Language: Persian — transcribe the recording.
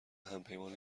همپیمان